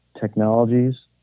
technologies